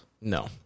No